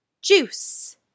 juice